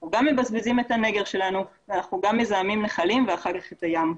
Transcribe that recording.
אנחנו גם מבזבזים את הנגר שלנו ואנחנו גם מזהמים נחלים ואחר כך את הים.